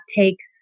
takes